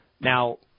Now